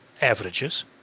averages